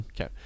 Okay